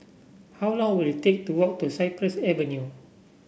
how long will it take to walk to Cypress Avenue